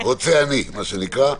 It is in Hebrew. רוצה אני מה שנקרא.